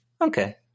okay